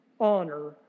Honor